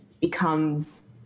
becomes